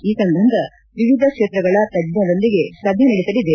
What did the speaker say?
ಈ ಸಂಬಂಧ ವಿವಿಧ ಕ್ಷೇತ್ರಗಳ ತಜ್ಞರೊಂದಿಗೆ ಸಭೆ ನಡೆಸಲಿದೆ